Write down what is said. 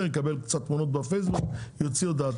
יקבל קצת תמונות בפייסבוק ויוציא הודעה.